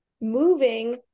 moving